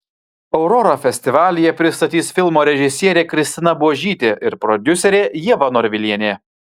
aurorą festivalyje pristatys filmo režisierė kristina buožytė ir prodiuserė ieva norvilienė